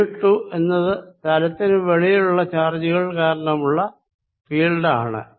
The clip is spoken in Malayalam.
ഈ2 എന്നത് തലത്തിനു വെളിയിലുള്ള ചാർജുകൾ കാരണമുള്ള ഫീൽഡ് ആണ്